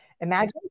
Imagine